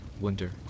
wonder